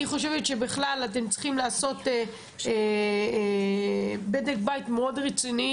אני חושבת שבכלל אתם צריכים לעשות בדק בית מאוד רציני